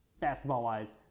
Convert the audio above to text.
Basketball-wise